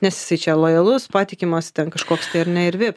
nes jisai čia lojalus patikimas ten kažkoks tai ar ne ir vip